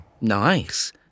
Nice